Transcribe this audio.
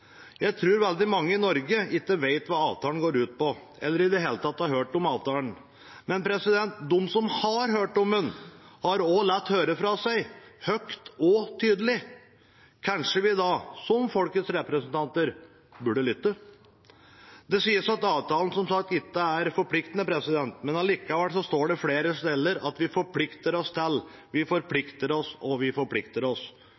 Jeg tror veldig mange i Norge ikke vet hva avtalen går ut på, eller i det hele tatt har hørt om avtalen, men de som har hørt om den, har latt høre fra seg – høyt og tydelig. Kanskje vi da, som folkets representanter, burde lytte? Det sies at avtalen som sagt ikke er forpliktende, men allikevel står det flere steder at «vi forplikter oss til». Vi forplikter oss,